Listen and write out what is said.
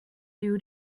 you